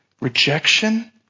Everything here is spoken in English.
rejection